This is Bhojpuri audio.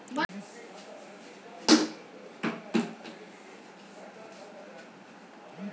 अइसे में केहू के साथे कवनो दुर्घटना हो जात हवे तअ घर के लोन सब बैंक देत हवे